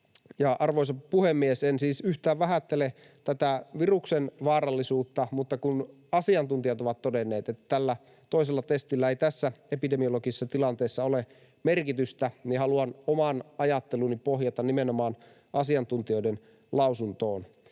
Arvoisa puhemies! En siis yhtään vähättele tätä viruksen vaarallisuutta, mutta kun asiantuntijat ovat todenneet, että tällä toisella testillä ei tässä epidemiologisessa tilanteessa ole merkitystä, niin haluan oman ajatteluni pohjata nimenomaan asiantuntijoiden lausuntoon.